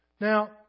Now